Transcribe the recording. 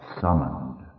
summoned